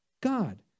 God